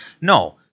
No